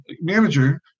manager